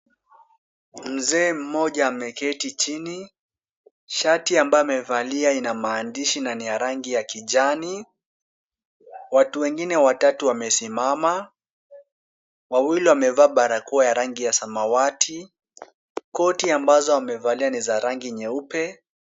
Mzee mmoja ameketi chini, shati ambayo amevalia ina maandishi na ni ya rangi kijani. Watu wengine watatu wamesimama, wawili wamevaa barakoa ya rangi ya samawati, koti ambazo wamevalia ni za rangi nyeupe.